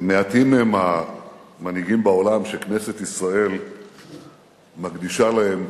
מעטים הם המנהיגים בעולם שכנסת ישראל מקדישה להם